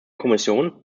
kommission